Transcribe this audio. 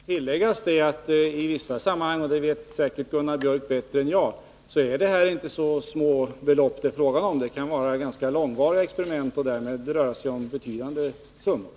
Herr talman! Det kanske ändå skall tilläggas att det i vissa sammanhang — det vet Gunnar Biörck säkert bättre än jag — inte är fråga om så små belopp. Det kan röra sig om ganska långvariga experiment och därmed betydande summor.